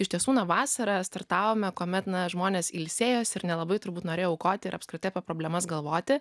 iš tiesų vasarą startavome kuomet na žmonės ilsėjosi ir nelabai turbūt norėjo aukoti ir apskritai apie problemas galvoti